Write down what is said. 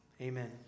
amen